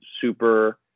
super